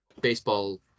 baseball